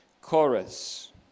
chorus